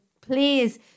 Please